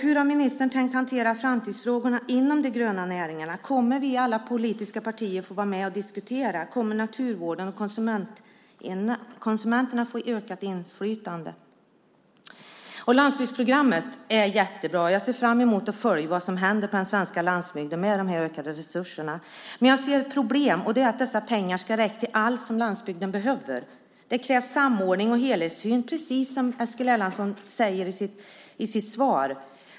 Hur har ministern tänkt hantera framtidsfrågorna inom de gröna näringarna? Kommer alla politiska partierna att få vara med och diskutera, och kommer naturvården och konsumenterna att få ett ökat inflytande? Landsbygdsprogrammet är jättebra. Jag ser fram emot att följa vad som händer på den svenska landsbygden med de här ökade resurserna. Men jag ser också problem. Dessa pengar ska ju räcka till allt som landsbygden behöver. Det krävs samordning och en helhetssyn, precis som Eskil Erlandsson säger i sitt svar.